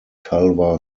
culver